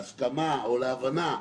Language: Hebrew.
להסכמה או להבנה,